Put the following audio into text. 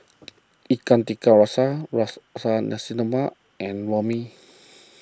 Ikan Tiga Rasa Nasi Lemak and Orh Mee